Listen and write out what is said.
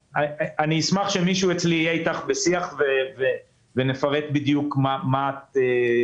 אשמח שמישהו אצלי יהיה אתך בשיח ונפרט בדיוק מה את מבקשת.